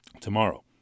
tomorrow